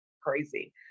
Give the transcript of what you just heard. crazy